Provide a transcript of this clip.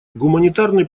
гуманитарный